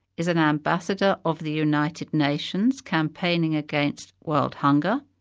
is an ambassador of the united nations campaigning against world hunger,